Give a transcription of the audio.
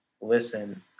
listen